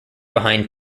behind